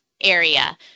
area